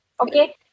okay